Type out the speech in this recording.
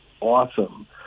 awesome